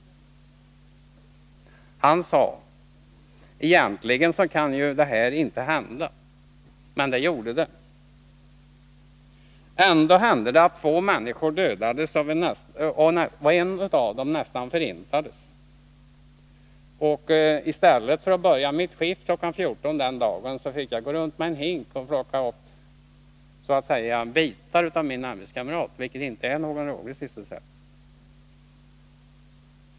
Han sade att egentligen så kunde ju det här inte hända, men det gjorde det. Ändå hände det att två människor dödades, och en av dem nästan förintades. Och i stället för att börja mitt skift kl. 14.00 den dagen, fick jag gå runt med en hink och plocka upp bitar av min arbetskamrat, vilket inte är någon rolig sysselsättning.